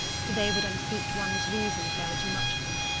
for they would unseat one's reason if there were too much of them.